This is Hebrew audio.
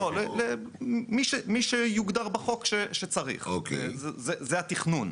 לא, מי שיוגדר בחוק שצריך, זה התכנון.